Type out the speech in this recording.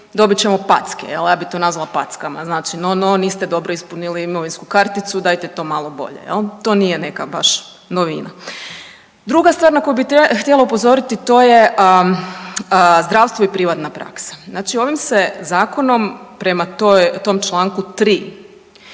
Dobit ćemo packe, jel' ja bi to nazvala packama. Znači, no, no, niste dobro ispunili imovinsku karticu, dajte to malo bolje. To nije neka baš novina. Druga stvar na koju bi htjela upozoriti to je zdravstvo i privatna praksa. Ovim se Zakonom prema tom članku 3.